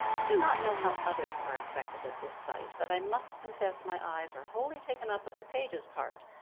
i do not know how others are affected at this sight but i must confess my eyes are wholly taken up with a pages part,